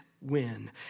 win